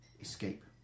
escape